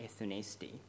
ethnicity